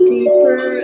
Deeper